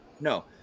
no